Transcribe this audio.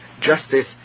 justice